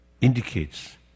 indicates